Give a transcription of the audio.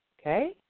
Okay